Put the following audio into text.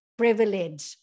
privilege